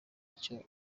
icyo